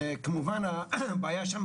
וכמובן הבעיה שם,